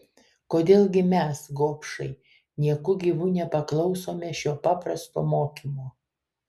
kodėl gi mes gobšai nieku gyvu nepaklausome šio paprasto mokymo